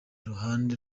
iruhande